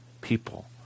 people